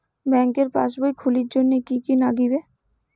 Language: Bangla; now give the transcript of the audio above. ব্যাঙ্কের পাসবই খুলির জন্যে কি কি নাগিবে?